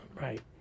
Right